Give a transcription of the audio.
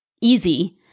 easy